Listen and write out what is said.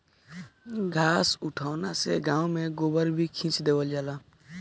घास उठौना से गाँव में गोबर भी खींच देवल जाला